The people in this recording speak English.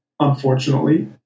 Unfortunately